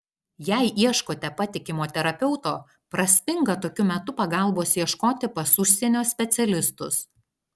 jei ieškote patikimo terapeuto prasminga tokiu metu pagalbos ieškoti pas užsienio specialistus